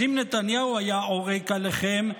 אז אם נתניהו היה עורק אליכם,